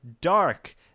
dark